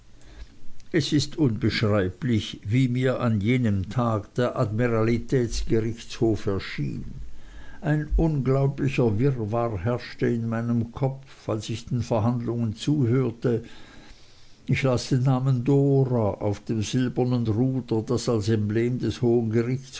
es ist unbeschreiblich wie mir an jenem tag der admiralitätsgerichtshof erschien ein unglaublicher wirrwarr herrschte in meinem kopf als ich den verhandlungen zuhörte ich las den namen dora auf dem silbernen ruder das als emblem des hohen